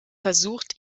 versucht